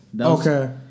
Okay